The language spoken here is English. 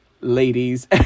ladies